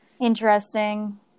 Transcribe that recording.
Interesting